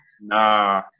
Nah